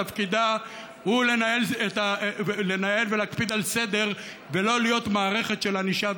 תפקידה הוא לנהל ולהקפיד על סדר ולא להיות מערכת של ענישה,